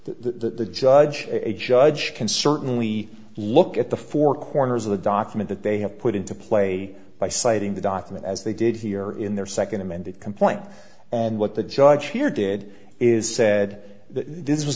the judge a judge can certainly look at the four corners of the document that they have put into play by citing the document as they did here in their second amended complaint and what the judge here did is said that this was